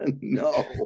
no